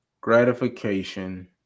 gratification